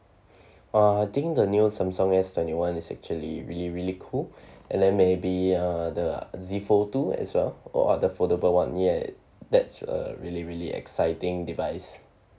ah I think the new samsung S twenty one is actually really really cool and then maybe uh the Z fold two as well or other foldable [one] yeah that's a really really exciting device